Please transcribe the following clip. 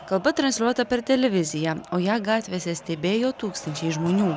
kalba transliuota per televiziją o ją gatvėse stebėjo tūkstančiai žmonių